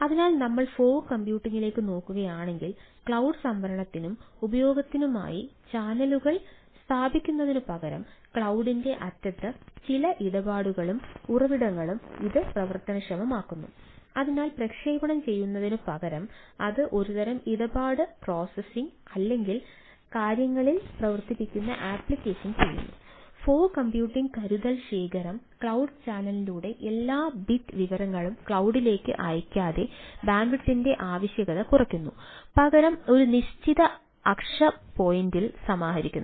അതിനാൽ നമ്മൾ ഫോഗ് കമ്പ്യൂട്ടിംഗിലേക്ക് നോക്കുകയാണെങ്കിൽ ക്ലൌഡ് അയയ്ക്കാതെ ബാൻഡ്വിഡ്ത്തിന്റെ ആവശ്യകത കുറയ്ക്കുന്നു പകരം ഒരു നിശ്ചിത അക്ഷ പോയിന്റിൽ സമാഹരിക്കുന്നു